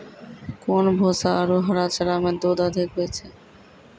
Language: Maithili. कोन भूसा आरु हरा चारा मे दूध अधिक होय छै?